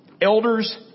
Elders